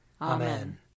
Amen